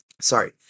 sorry